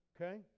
Okay